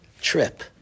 Trip